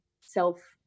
self